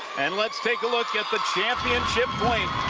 and let's take a look at the championship point.